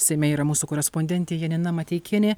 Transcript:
seime yra mūsų korespondentė janina mateikienė